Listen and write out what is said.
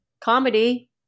comedy